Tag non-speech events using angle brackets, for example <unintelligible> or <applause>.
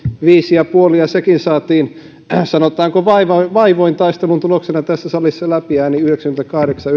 viisi pilkku viisi prosenttia ja sekin saatiin sanotaanko vaivoin vaivoin taistelun tuloksena tässä salissa läpi äänin yhdeksänkymmentäkahdeksan <unintelligible>